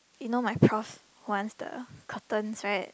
you know my prof wants the curtains right